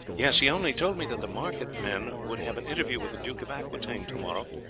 yes, he only told me that the market men would have an interview with the duke of aquitaine to-morrow,